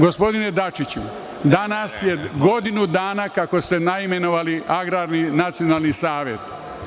Gospodine Dačiću, danas je godinu dana kako ste naimenovali Agrarni nacionalni savet.